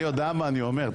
אני יודע מה אני אומר.